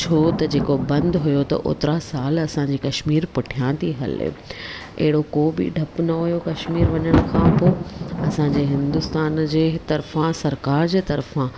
छो त जेको बंदि हुओ त ओतिरा साल असांजी कश्मीर पुठियां थी हले अहिड़ो को बि डप न हुओ कश्मीर वञण खां पोइ असांजे हिंदुस्तान जे तरफ़ां सरकार जे तरफ़ां